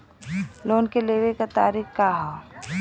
Loan के लेवे क तरीका का ह?